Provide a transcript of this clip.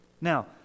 Now